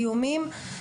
איומים.